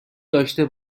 داشته